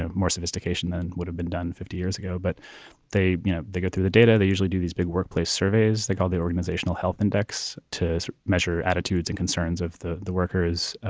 ah more sophistication than would have been done fifty years ago. but they you know, they go through the data. they usually do these big workplace surveys. they call the organizational health index to measure attitudes and concerns of the the workers.